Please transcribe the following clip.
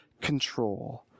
control